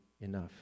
enough